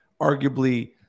arguably